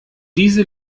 diese